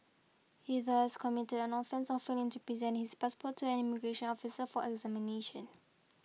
he thus committed an offence of failing to present his passport to an immigration officer for examination